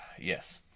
Yes